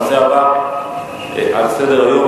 הנושא הבא על סדר-היום,